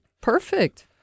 Perfect